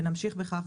ונמשיך בכך,